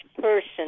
person